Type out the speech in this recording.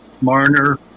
Marner